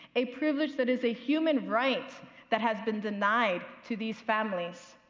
a privilege that is a human right that has been denied to these families.